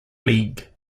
league